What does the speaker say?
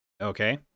Okay